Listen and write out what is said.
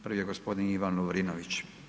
Prvi je gospodin Ivan Lovrinović.